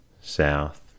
south